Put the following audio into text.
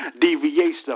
deviation